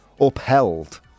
upheld